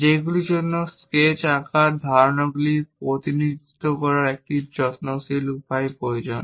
যেগুলির জন্য স্কেচ আঁকার ধারণাগুলির প্রতিনিধিত্ব করার একটি যত্নশীল উপায় প্রয়োজন